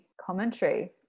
commentary